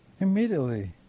Immediately